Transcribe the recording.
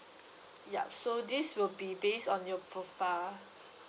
yup so this will be based on your profile ah